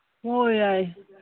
ꯍꯣꯏ ꯌꯥꯏ